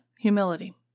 humility